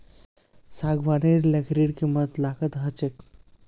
सागवानेर लकड़ीर कीमत लाखत ह छेक